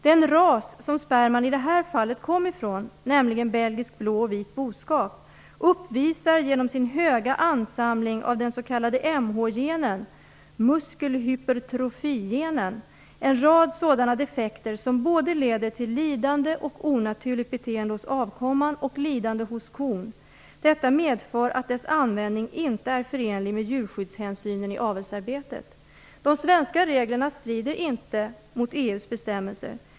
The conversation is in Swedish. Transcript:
Den ras som sperman i det här fallet kom ifrån, nämligen belgisk blå och vit boskap, uppvisar genom sin höga ansamling av den s.k. mh-genen - muskelhypertrofi-genen - en rad sådana defekter som leder till såväl lidande och onaturligt beteende hos avkomman som lidande hos kon. Detta medför att dess användning inte är förenlig med djurskyddshänsynen i avelsarbetet. De svenska reglerna strider inte mot EU:s bestämmelser.